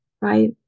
right